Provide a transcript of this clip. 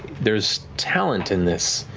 there is talent in this,